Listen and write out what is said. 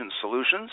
Solutions